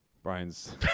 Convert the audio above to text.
Brian's